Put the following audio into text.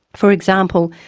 for example,